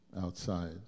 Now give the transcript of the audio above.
outside